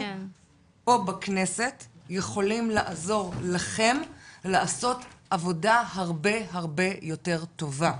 פה בכנסת יכולים לעזור לכם לעשות עבודה הרבה הרבה יותר טובה,